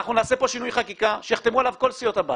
אנחנו נעשה פה שינוי חקיקה שיחתמו עליו כל סיעות הבית,